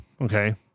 okay